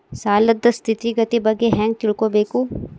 ಸಾಲದ್ ಸ್ಥಿತಿಗತಿ ಬಗ್ಗೆ ಹೆಂಗ್ ತಿಳ್ಕೊಬೇಕು?